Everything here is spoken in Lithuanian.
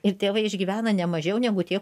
ir tėvai išgyvena ne mažiau negu tie